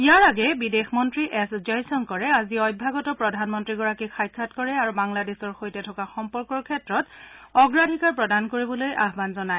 ইয়াৰ আগেয়ে বিদেশ মন্ত্ৰী এছ জয়শংকৰে আজি অভ্যাগত প্ৰধানমন্ত্ৰী গৰাকীক সাক্ষাৎ কৰে আৰু বাংলাদেশৰ সৈতে থকা সম্পৰ্কৰ ক্ষেত্ৰত অগ্ৰাধিকাৰ প্ৰদান কৰিবলৈ আয়ান জনায়